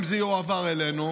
אם זה יועבר אלינו,